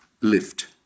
lift